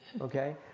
Okay